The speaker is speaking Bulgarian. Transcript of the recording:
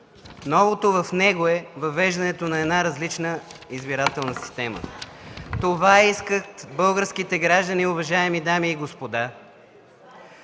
новото в него е въвеждането на една различна избирателна система. Това искат българските граждани, уважаеми дами и господа.